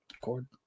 cord